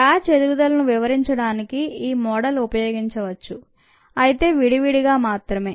batch ఎదుగుదలను వివరించడానికి ఈ మోడల్ ఉపయోగించవచ్చు అయితే విడివిడిగా మాత్రమే